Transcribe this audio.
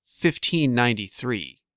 1593